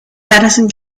madison